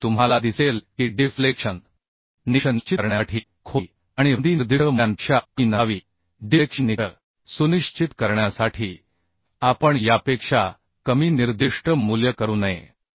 आणि तुम्हाला दिसेल की डिफ्लेक्शन निकष निश्चित करण्यासाठी खोली आणि रुंदी निर्दिष्ट मूल्यांपेक्षा कमी नसावी डिफ्लेक्शन निकष सुनिश्चित करण्यासाठी आपण यापेक्षा कमी निर्दिष्ट मूल्य करू नये